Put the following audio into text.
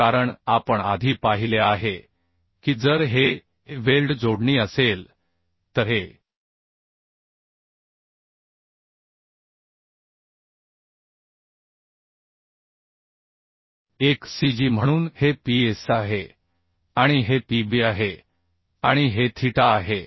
तर कारण आपण आधी पाहिले आहे की जर हे वेल्ड जोडणी असेल तर हे एक cg म्हणून हे Psआहे आणि हे Pbआहे आणि हे थीटा आहे